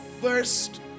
first